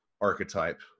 archetype